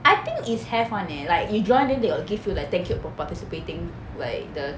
I think is have [one] leh like you join they got give you like thank you for participating like the